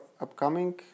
upcoming